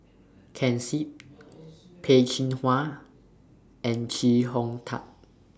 Ken Seet Peh Chin Hua and Chee Hong Tat